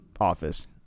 office